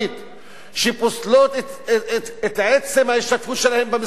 שפוסלות את עצם ההשתתפות שלהם במשחק הפוליטי,